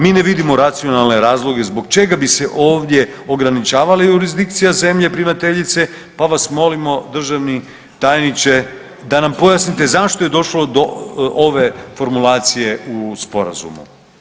Mi ne vidimo racionalne razloge zbog čega bi se ovdje ograničavali jurisdikcija zemlje primateljice, pa vas molimo, državni tajniče da nam pojasnite zašto je došlo do ove formulacije u Sporazumu?